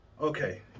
Okay